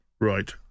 right